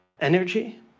energy